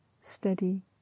steady